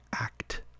act